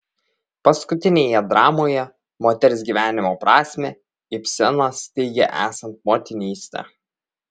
paskutinėje dramoje moters gyvenimo prasmę ibsenas teigia esant motinystę